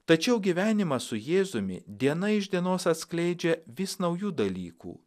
tačiau gyvenimas su jėzumi diena iš dienos atskleidžia vis naujų dalykų